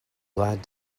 glad